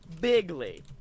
Bigley